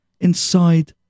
inside